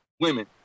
women